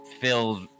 filled